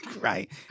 right